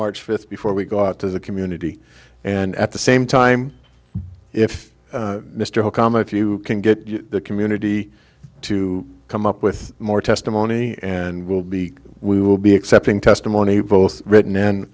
march fifth before we go out to the community and at the same time if mr obama if you can get the community to come up with more testimony and will be we will be accepting testimony both written